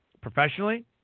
professionally